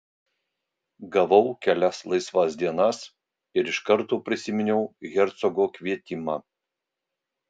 gavau kelias laisvas dienas ir iš karto prisiminiau hercogo kvietimą